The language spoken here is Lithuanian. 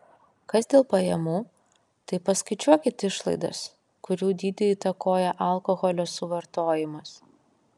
kas dėl pajamų tai paskaičiuokit išlaidas kurių dydį įtakoja alkoholio suvartojimas